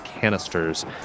canisters